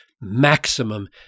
maximum